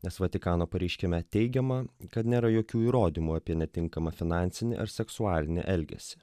nes vatikano pareiškime teigiama kad nėra jokių įrodymų apie netinkamą finansinį ar seksualinį elgesį